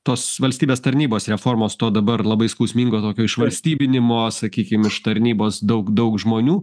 tos valstybės tarnybos reformos to dabar labai skausmingo tokio išvalstybinimo sakykim iš tarnybos daug daug žmonių